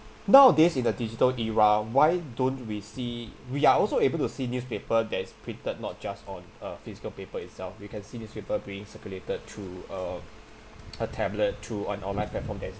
nowadays in the digital era why don't we see we are also able to see newspaper that is printed not just on uh physical paper itself we can see newspaper being circulated through a a tablet through an online platform that's